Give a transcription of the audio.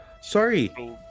sorry